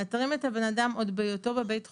מאתרים את האדם עוד בהיותו בבית החולים,